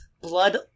blood